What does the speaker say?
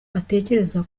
atekereza